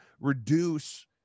reduce